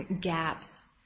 gaps